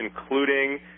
including